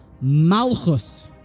malchus